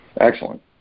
Excellent